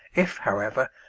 if, however,